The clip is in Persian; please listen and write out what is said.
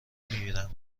میرم